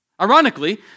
Ironically